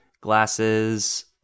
glasses